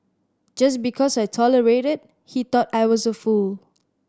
just because I tolerated he thought I was a fool